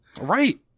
Right